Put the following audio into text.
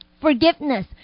Forgiveness